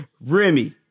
Remy